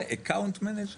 מנהלי משתמשים?